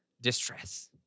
distress